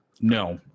No